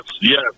yes